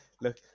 look